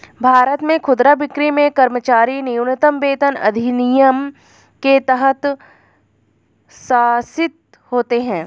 भारत में खुदरा बिक्री में कर्मचारी न्यूनतम वेतन अधिनियम के तहत शासित होते है